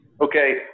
Okay